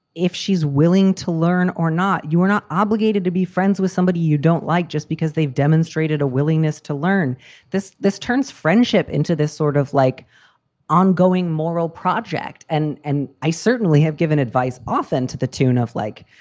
if she's willing to learn or not, you are not obligated to be friends with somebody you don't like just because they've demonstrated a willingness to learn this. this turns friendship into this sort of like ongoing moral project. and and i certainly have given advice often to the tune of like,